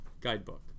guidebook